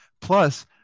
Plus